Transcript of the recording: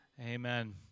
Amen